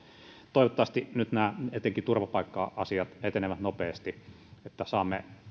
toivottavasti nyt etenkin nämä turvapaikka asiat etenevät nopeasti jotta saamme